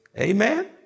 Amen